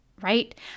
right